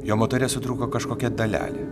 jo motore sutrūko kažkokia dalelė